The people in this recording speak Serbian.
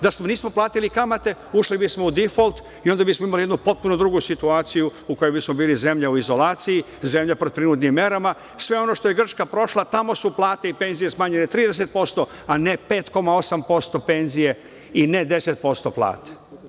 Da nismo platili kamate, ušli bismo u difolt i onda bismo imali jednu potpuno drugu situaciju u kojoj bismo bili zemlja u izolaciji, zemlja pod prinudnim merama, sve ono što je Grčka prošla, tamo su plate i penzije smanjene 30%, a ne 5,8% penzije i ne 10% plate.